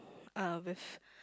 uh with